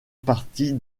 partie